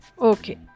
Okay